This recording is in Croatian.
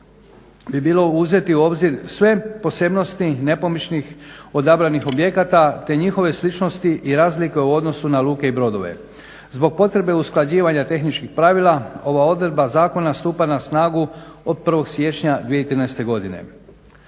bi bilo uzeti u obzir sve posebnosti nepomičnih odabranih objekata te njihove sličnosti i razlike u odnosu na luke i brodove. Zbog potrebe usklađivanja tehničkih pravila ova odredba zakona stupa na snagu od 1. siječnja 2013. godine.